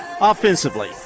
offensively